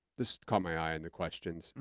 this caught my eye in the questions.